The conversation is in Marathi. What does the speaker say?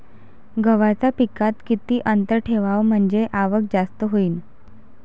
गव्हाच्या पिकात किती अंतर ठेवाव म्हनजे आवक जास्त होईन?